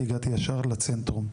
הגעתי ישר לצנטרום.